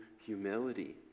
humility